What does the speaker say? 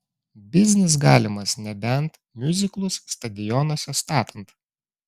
biznis galimas nebent miuziklus stadionuose statant